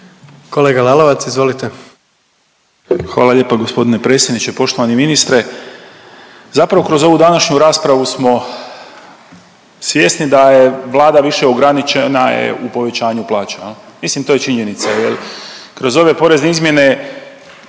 **Lalovac, Boris (SDP)** Hvala lijepa g. predsjedniče, poštovani ministre. Zapravo kroz ovu današnju raspravu smo svjesni da je Vlada više ograničena je u povećanju plaća, mislim to je činjenica jer kroz ove porezne izmjene